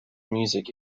music